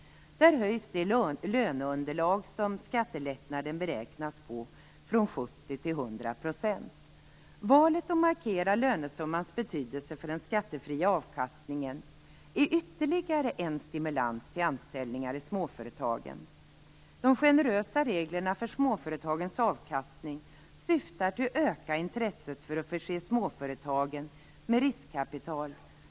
Det löneunderlag som skattelättnaden beräknas på höjs från 70 till 100 %. Valet att markera lönesummans betydelse för den skattefria avkastningen är ytterligare en stimulans till anställningar i småföretagen. De generösa reglerna för småföretagens avkastning syftar till att öka intresset för att förse småföretagen med riskkapital.